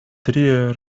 tria